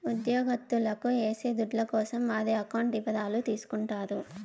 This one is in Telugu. ఉద్యోగత్తులకు ఏసే దుడ్ల కోసం వారి అకౌంట్ ఇవరాలు తీసుకుంటారు